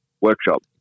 workshop